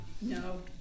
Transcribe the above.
No